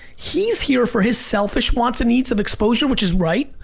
he's here for his selfish wants and needs of exposure, which is right,